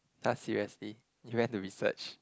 [huh] seriously you went to research